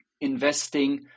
Investing